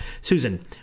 Susan